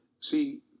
see